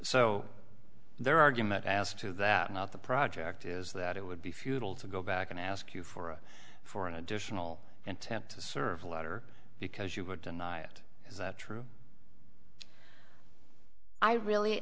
so their argument as to that not the project is that it would be futile to go back and ask you for for an additional intent to serve a letter because you would deny it is that true i really